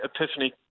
epiphany—